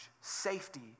safety